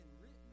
written